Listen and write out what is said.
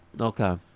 Okay